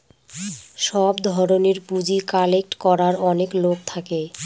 সব ধরনের পুঁজি কালেক্ট করার অনেক লোক থাকে